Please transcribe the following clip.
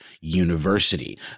University